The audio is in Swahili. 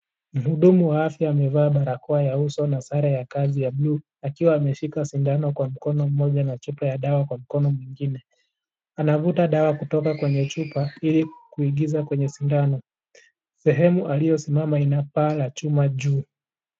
Mhudumu wa afya amevaa barakoa ya uso pamoja na sare ya kazi ya blue akiwa ameshika shindano kwa mkono mmoja na chupa ya dawa kwa mkono mwingine anavuta dawa kutoka kwenye chupa ili kuingiza kwenye shindano sehemu aliyosimama ona paa la chuma juu.